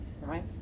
right